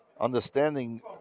understanding